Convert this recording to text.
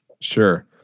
Sure